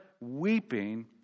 weeping